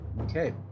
Okay